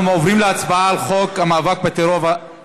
אנחנו עוברים להצבעה על הצעת חוק המאבק בטרור,